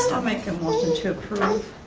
i'll make a motion to approve